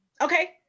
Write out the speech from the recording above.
Okay